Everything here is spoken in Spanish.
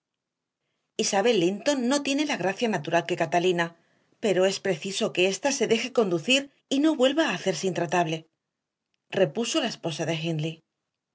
isabel linton no tiene la gracia natural que catalina pero es preciso que esta se deje conducir y no vuelva a hacerse intratable repuso la esposa de